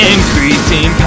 Increasing